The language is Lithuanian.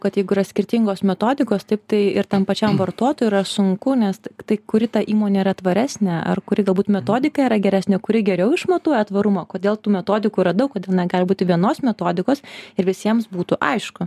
kad jeigu yra skirtingos metodikos taip tai ir tam pačiam vartotojui yra sunku nes tai kuri ta įmonė yra tvaresnė ar kuri galbūt metodika yra geresnė kuri geriau išmatuoja tvarumą kodėl tų metodikų yra daug kodėl negali būti vienos metodikos ir visiems būtų aišku